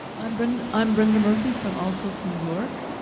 i'm brenda i'm brenda murphy from all souls, new york,